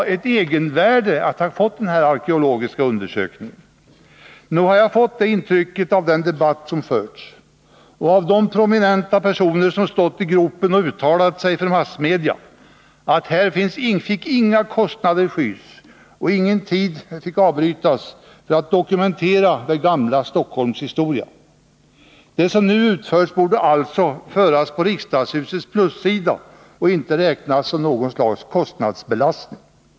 Men dessa arkeologiska undersökningar måste väl ändå ha ett egenvärde. Nog har jag fått det intrycket av den debatt som förts och av de prominenta personer som stått i gropen och uttalat sig för massmedia att inga kostnader fick skys för att dokumentera det gamla Stockholms historia. Det som nu utförts borde alltså föras på riksdagshusets plussida och inte räknas som något slags kostnadsbelastning.